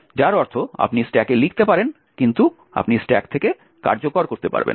যার অর্থ আপনি স্ট্যাকে লিখতে পারেন কিন্তু আপনি স্ট্যাক থেকে কার্যকর করতে পারবেন না